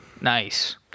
Nice